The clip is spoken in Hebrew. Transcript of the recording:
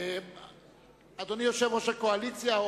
אדוני יושב-ראש הקואליציה.